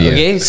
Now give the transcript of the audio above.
Okay